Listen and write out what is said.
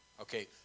Okay